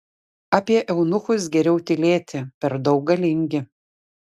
apie eunuchus geriau tylėti per daug galingi